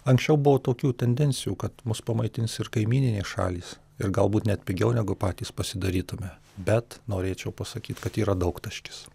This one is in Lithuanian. anksčiau buvo tokių tendencijų kad mus pamaitins ir kaimyninės šalys ir galbūt net pigiau negu patys pasidarytume bet norėčiau pasakyt kad yra daugtaškis